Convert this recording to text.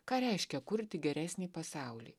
ką reiškia kurti geresnį pasaulį